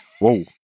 Whoa